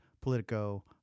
Politico